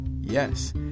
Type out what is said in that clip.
Yes